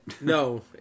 No